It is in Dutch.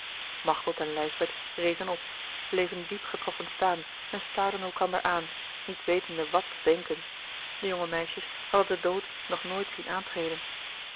machteld en lijsbeth rezen op bleven diep getroffen staan en staarden elkander aan niet wetende wat te denken de jonge meisjes hadden den dood nog nooit zien aantreden